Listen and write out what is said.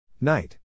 Night